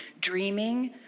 dreaming